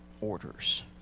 orders